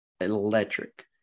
electric